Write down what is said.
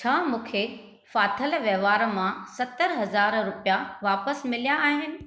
छा मूंखे फाथल वंहिवार मां सत्तर हज़ार रुपिया वापस मिलिया आहिनि